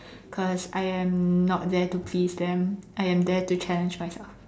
because I am not there to please them I am there to challenge myself